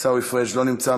עיסאווי פריג' לא נמצא,